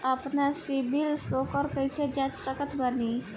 आपन CIBIL score कैसे जांच सकत बानी?